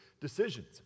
decisions